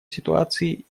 ситуации